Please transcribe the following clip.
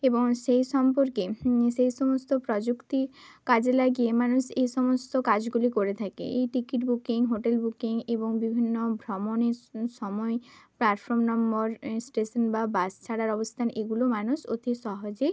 এবং সেই সম্পর্কে সেই সমস্ত প্রযুক্তি কাজে লাগিয়ে মানুষ এই সমস্ত কাজগুলি করে থাকে এই টিকিট বুকিং হোটেল বুকিং এবং বিভিন্ন ভ্রমণের সময় প্ল্যাটফর্ম নম্বর এ স্টেশন বা বাস ছাড়ার অবস্থান এগুলো মানুষ অতি সহজেই